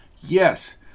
Yes